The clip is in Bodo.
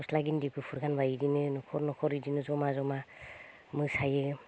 गस्ला गिन्दि गुफुर गानबाय इदिनो न'खर न'खर इदिनो जमा जमा मोसायो